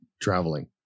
traveling